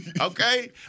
Okay